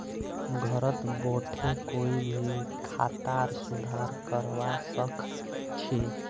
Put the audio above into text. घरत बोठे कोई भी खातार सुधार करवा सख छि